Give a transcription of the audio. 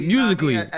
Musically